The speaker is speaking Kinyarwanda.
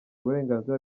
uburenganzira